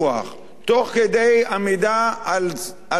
תוך כדי עמידה על זכויות,